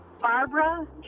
Barbara